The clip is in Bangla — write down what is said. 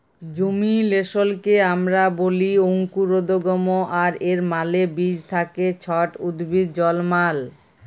জেমিলেসলকে আমরা ব্যলি অংকুরোদগম আর এর মালে বীজ থ্যাকে ছট উদ্ভিদ জলমাল